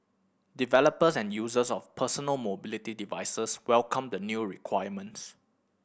developers and users of personal mobility devices welcomed the new requirements